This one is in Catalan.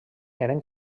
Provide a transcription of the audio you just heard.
eren